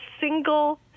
single